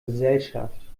gesellschaft